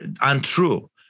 untrue